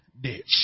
ditch